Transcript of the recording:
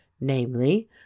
Namely